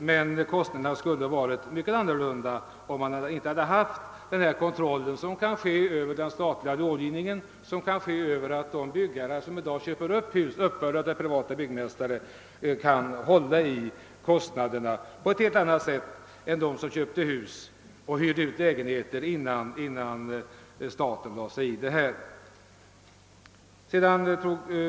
Men kostnaderna skulle ha varit mycket högre, om vi inte haft den kontroll som den statliga långivningen medför, och de byggherrar som i dag köper upp hus, uppförda av privata byggmästare, kontrollerar kostnaderna på ett helt annat sätt än de som köpte hus och hyrde ut lägenheter innan staten trädde in.